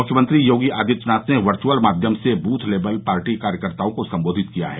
मुख्यमंत्री योगी आदित्यनाथ ने वर्युअल माध्यम से बूथ लेबल पार्टी कार्यकर्ताओं को सम्बोधित किया है